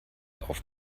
auf